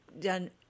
done